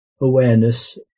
awareness